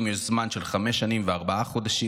יש זמן של חמש שנים וארבעה חודשים"